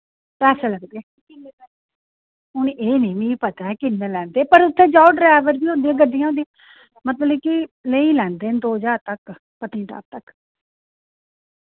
पैसे लगदे हून एह् निं मी पता ऐ किन्ने लैंदे पर उत्थै जाओ ड्रैवर बी होंदे गड्डियां होंदियां मतलब कि लेई लैंदे न दो ज्हार तक पत्नीटाप तक